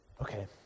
Okay